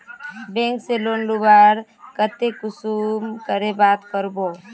Bank से loan लुबार केते कुंसम करे बात करबो?